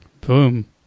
Boom